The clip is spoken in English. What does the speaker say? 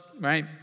right